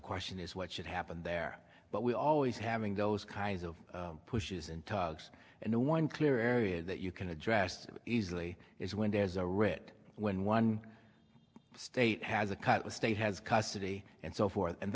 question is what should happen there but we always having those kinds of pushes and tugs and the one clear area that you can address easily is when there's a writ when one state has a cut the state has custody and so forth and